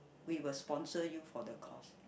we will sponsor you for the cost